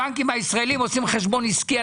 הבנקים הישראליים עושים חשבון עסקי.